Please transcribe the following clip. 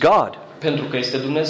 God